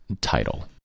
title